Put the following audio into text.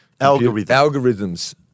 algorithms